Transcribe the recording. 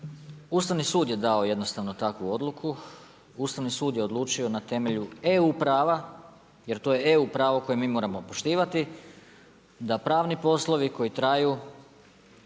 Ustavni sud je dao jednostavno takvu odluku, Ustavni sud je odlučio na temelju EU prava, jer to je EU pravo koje mi moramo poštivati da pravni poslovi koji traju